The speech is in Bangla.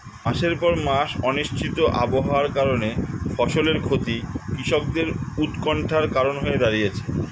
মাসের পর মাস অনিশ্চিত আবহাওয়ার কারণে ফসলের ক্ষতি কৃষকদের উৎকন্ঠার কারণ হয়ে দাঁড়িয়েছে